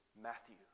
Matthew